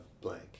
Blank